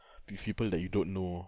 with people that you don't know